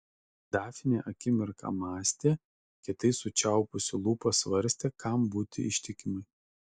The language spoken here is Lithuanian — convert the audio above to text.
dafnė akimirką mąstė kietai sučiaupusi lūpas svarstė kam būti ištikimai